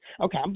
Okay